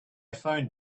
phoned